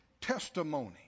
testimony